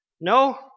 No